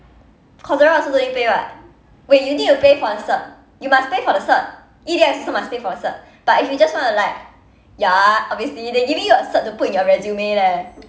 coursera also don't need to pay [what] wait you need to pay for the cert you must pay for the cert E_D_X also must pay for the cert but if you just want to like ya obviously they giving you a cert to put in your resume leh